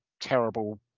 terrible